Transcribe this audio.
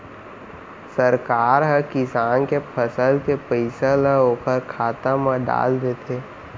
सरकार ह किसान के फसल के पइसा ल ओखर खाता म डाल देथे